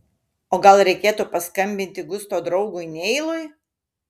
o gal reikėtų paskambinti gusto draugui neilui